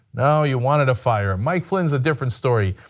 no, you wanted to fire him, mike flynn is a different story,